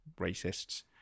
racists